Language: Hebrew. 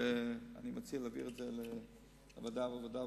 אני מציע להעביר אותו לוועדת העבודה,